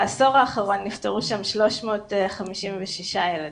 בעשור האחרון נפטרו שם 356 ילדים.